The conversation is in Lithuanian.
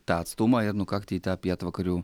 tą atstumą ir nukakti į tą pietvakarių